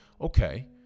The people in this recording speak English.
Okay